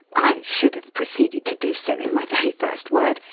i should have proceeded to do so, in my very first word,